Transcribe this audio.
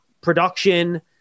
production